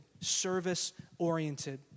service-oriented